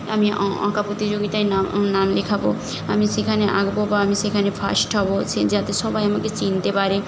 আমি আঁকা প্রতিযোগিতায় নাম নাম লেখাব আমি সেখানে আঁকব বা আমি সেখানে ফার্স্ট হব সে যাতে সবাই আমাকে চিনতে পারে